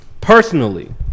Personally